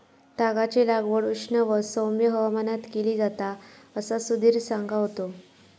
तागाची लागवड उष्ण व सौम्य हवामानात केली जाता असा सुधीर सांगा होतो